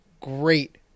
Great